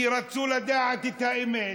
כי רצו לדעת את האמת,